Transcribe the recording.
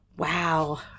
Wow